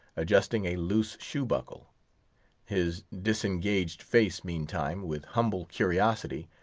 adjusting a loose shoe-buckle his disengaged face meantime, with humble curiosity,